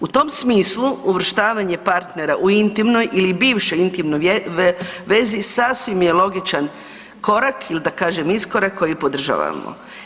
U tom smislu uvrštavanje partnera u intimnoj ili bivšoj intimnoj vezi sasvim je logičan korak ili da kažem iskorak koji podržavamo.